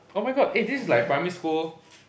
oh my god eh this is like a primary school